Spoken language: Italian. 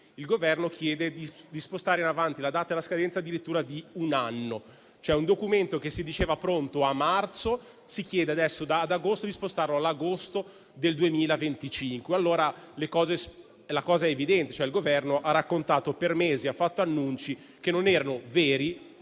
il Governo chiede di spostare in avanti la data della scadenza addirittura di un anno. Un documento che si diceva pronto a marzo si chiede adesso, ad agosto, di spostarlo all'agosto del 2025. Allora è evidente che il Governo per mesi ha fatto annunci che non erano veri